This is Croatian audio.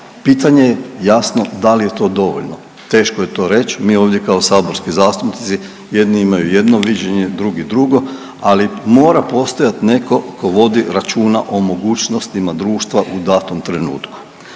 pitanje je jasno da li je to dovoljno? Teško je to reć, mi ovdje kao saborski zastupnici jedni imaju jedno viđenje, drugi drugo, ali mora postojat neko ko vodi računa o mogućnostima društva u datom trenutku.